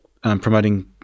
promoting